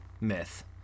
myth